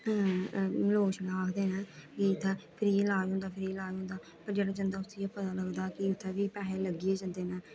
लोक छड़ा आखदे ने कि इत्थै फ्री ईलाज होंदा फ्री ईलाज होंदा पर जेह्ड़ा जंदा उसी गै पता लगदा कि उत्थै बी पैहे लग्गी गै जंदे न